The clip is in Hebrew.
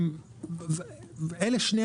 אלה שני